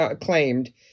claimed